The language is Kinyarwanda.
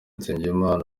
nsengimana